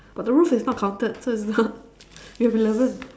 but the roof is not counted so it's not we have eleven